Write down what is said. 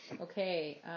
Okay